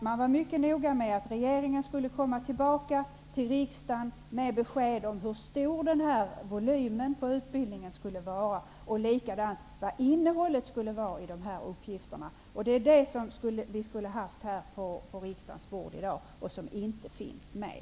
Man var mycket noga med att regeringen skulle återkomma till riksdagen med besked om hur stor volymen på utbildningen skulle vara och vad innehållet i dessa uppgifter skulle bestå av. Det är detta som skulle ha legat på riksdagens bord i dag, men som inte finns med.